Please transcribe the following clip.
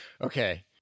okay